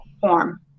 form